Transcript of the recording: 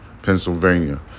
Pennsylvania